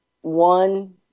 one